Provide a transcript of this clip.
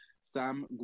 Sam